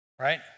right